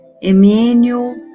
emmanuel